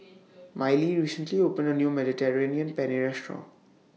Mylee recently opened A New Mediterranean Penne Restaurant